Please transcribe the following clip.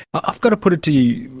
i've got to put it to you,